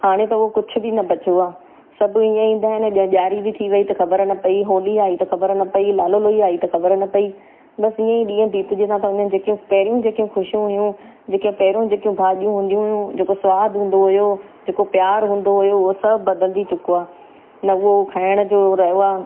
हाणे त उहो कुझु बि न बचियो आहे सभु ईअं ईंदा आहिनि ॾ ॾियारी बि थी वई त ख़बर न पई होली आई त ख़बर न पई लाल लोई आई त ख़बर न पई बसि ईअंईं ॾींहुं बीतिजी था वञनि जेकियूं पहिरियूं जेकियूं ख़ुशियूं हुयूं जेके पहिरों जेकियूं भाॼियूं हूंदी हुयूं जेको सवादु हूंदो हुयो जेको प्यारु हूंदो हुयो उहा सभु बदिलजी चुको आहे न उहो खाइण जो रहियो आहे